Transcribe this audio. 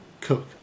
cook